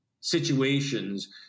situations